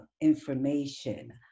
information